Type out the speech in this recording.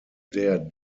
der